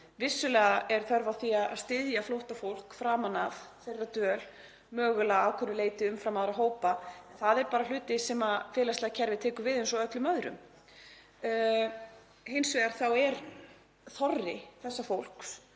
Vissulega er þörf á því að styðja flóttafólk framan af dvöl þess, mögulega að einhverju leyti umfram aðra hópa, en það er bara hluti sem félagslega kerfið tekur við eins og öllum öðrum. Hins vegar er þorri þessa fólks